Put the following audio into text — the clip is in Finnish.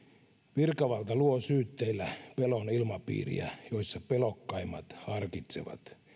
virkavalta luo syytteillä pelon ilmapiiriä jossa pelokkaimmat harkitsevat